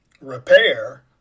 repair